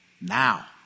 Now